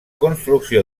construcció